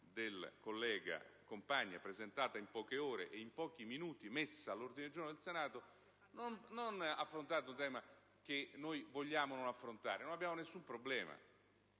del collega Compagna presentata in poche ore e in pochi minuti messa all'ordine del giorno del Senato, non affrontate un tema che noi vogliamo non affrontare, perché non abbiamo nessun problema: